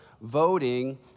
voting